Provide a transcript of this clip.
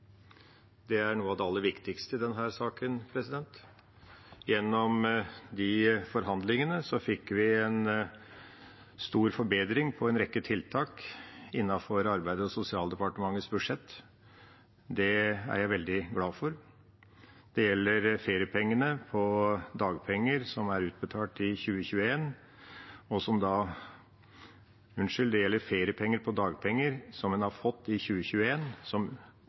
Det er noe av det aller viktigste i denne saken. Gjennom de forhandlingene fikk vi en stor forbedring av en rekke tiltak innenfor Arbeids- og sosialdepartementets budsjett. Det er jeg veldig glad for. Det gjelder feriepenger av dagpenger som en har fått i 2021, hvor feriepengene utbetales i 2022. Det gjelder at man ikke skal få reduksjon i